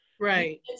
right